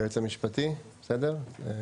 היועץ המשפטי, בסדר?